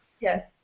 Yes